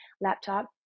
laptop